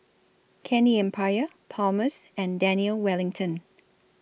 Candy Empire Palmer's and Daniel Wellington